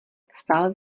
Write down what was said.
vstal